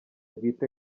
bwite